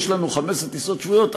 יש לנו 15 טיסות שבועיות,